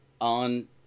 on